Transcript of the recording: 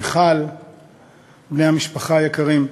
מיכל ובני המשפחה היקרים,